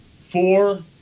four